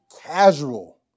casual